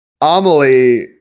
Amelie